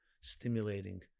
stimulating